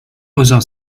other